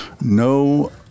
no